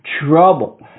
trouble